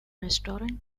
restaurant